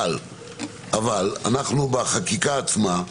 אבל בחקיקה עצמה,